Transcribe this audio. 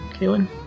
Kaylin